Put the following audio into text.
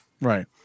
Right